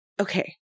okay